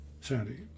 Sandy